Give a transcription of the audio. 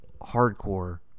hardcore